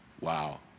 Wow